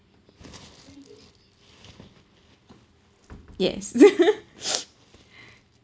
yes